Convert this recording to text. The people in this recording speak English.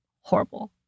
horrible